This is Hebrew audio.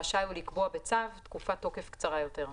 רשאי הוא לקבוע בצו תקופת תוקף קצרה יותר.